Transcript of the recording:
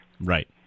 Right